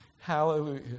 Hallelujah